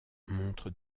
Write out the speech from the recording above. montre